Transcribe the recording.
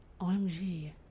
OMG